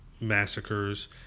massacres